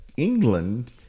England